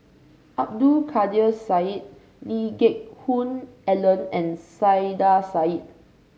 Abdul Kadir Syed Lee Geck Hoon Ellen and Saiedah Said